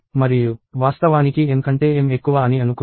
మరియు వాస్తవానికి n కంటే m ఎక్కువ అని అనుకుందాం